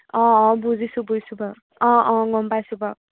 অঁ অঁ বুজিছোঁ বুজিছোঁ বাৰু অঁ অঁ গম পাইছোঁ বাৰু